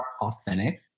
authentic